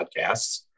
podcasts